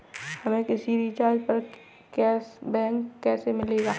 हमें किसी रिचार्ज पर कैशबैक कैसे मिलेगा?